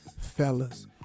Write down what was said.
fellas